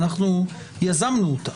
אנחנו יזמנו אותה.